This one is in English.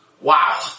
Wow